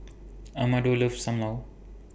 Amado loves SAM Lau